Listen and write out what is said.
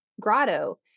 grotto